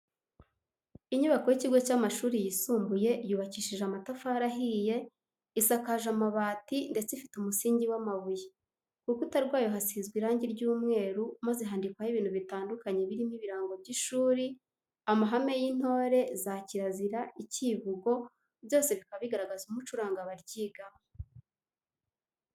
Inyubako y'ikigo cy'amashuri yisumbuye yubakishije amatafari ahiye, isakaje amabati, ndetse ifite umusingi w'amabuye, ku rukutwa rwayo kasizwe irangi ry'umweru maze handikwaho ibintu bitandukanye birimo ibirango by'ishuri, amahame y'intore, za kirazira, icyivugo byose bikaba bigaragaza umuco uranga abaryigamo.